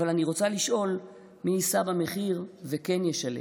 אבל אני רוצה לשאול מי יישא במחיר וכן ישלם.